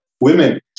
women